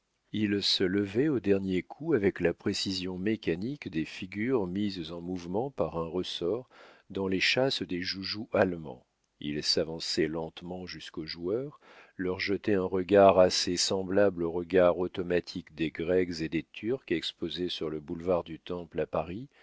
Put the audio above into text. il se levait au dernier coup avec la précision mécanique des figures mises en mouvement par un ressort dans les châsses des joujoux allemands il s'avançait lentement jusqu'aux joueurs leur jetait un regard assez semblable au regard automatique des grecs et des turcs exposés sur le boulevard du temple à paris